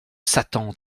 satan